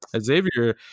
Xavier